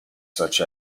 such